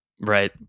Right